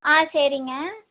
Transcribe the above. ஆ சரிங்க